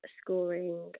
scoring